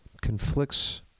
conflicts